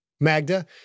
Magda